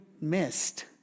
missed